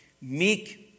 Meek